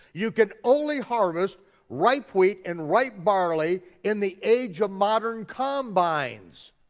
you can only harvest ripe wheat and ripe barley in the age of modern combines.